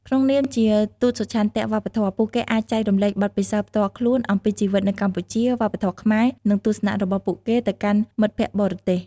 ក្នុងនាមជាទូតសុឆន្ទៈវប្បធម៌ ពួកគេអាចចែករំលែកបទពិសោធន៍ផ្ទាល់ខ្លួនអំពីជីវិតនៅកម្ពុជា វប្បធម៌ខ្មែរ និងទស្សនៈរបស់ពួកគេទៅកាន់មិត្តភក្តិបរទេស។